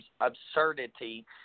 absurdity